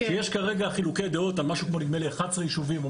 שיש כרגע חילוקי דעות על משהו כמו נדמה לי 11 יישובים.